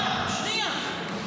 שנייה, שנייה.